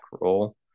role